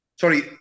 sorry